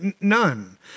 None